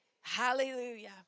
Hallelujah